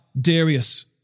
Darius